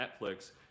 Netflix